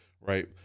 right